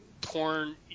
porn